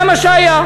זה מה שהיה.